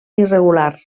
irregular